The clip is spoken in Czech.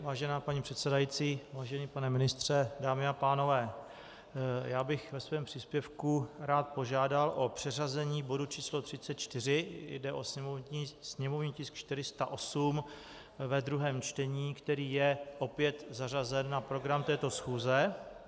Vážená paní předsedající, vážený pane ministře, dámy a pánové, já bych ve svém příspěvku rád požádal o přeřazení bodu 34, jde o sněmovní tisk 408 ve druhém čtení, který je opět zařazen na program této schůze.